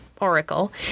oracle